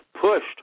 pushed